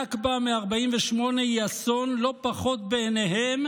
הנכבה מ-48' היא אסון לא פחות בעיניהם